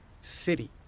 city